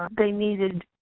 they needed